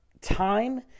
time